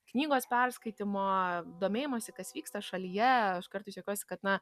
knygos perskaitymo domėjimosi kas vyksta šalyje aš kartais juokiuosi kad na